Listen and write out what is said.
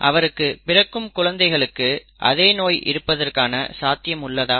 அவருக்கு பிறக்கும் குழந்தைக்கு அதே நோய் இருப்பதற்கான சாத்தியம் உள்ளதா